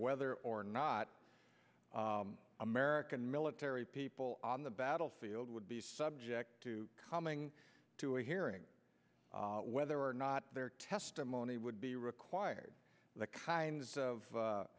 whether or not american military people on the battlefield would be subject to coming to a hearing whether or not their testimony would be required the kind